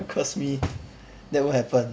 trying to curse me that won't happen